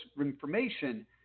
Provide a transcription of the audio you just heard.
information